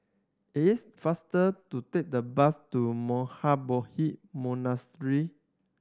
it is faster to take the bus to Monastery